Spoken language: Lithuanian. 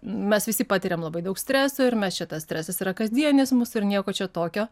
mes visi patiriam labai daug streso ir mes čia tas stresas yra kasdienis mūsų ir nieko čia tokio